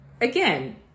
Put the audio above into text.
Again